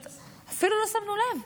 אפילו לא שמנו לב,